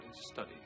study